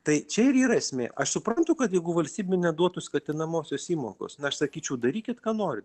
tai čia ir yra esmė aš suprantu kad jeigu valstybė neduotų skatinamosios įmokos na aš sakyčiau darykit ką nori